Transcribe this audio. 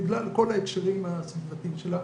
בגלל כל ההקשרים הסביבתיים שלה,